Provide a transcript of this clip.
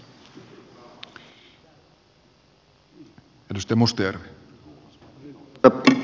herra puhemies